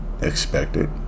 expected